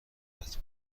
بود